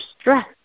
stress